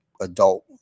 adult